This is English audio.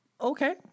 Okay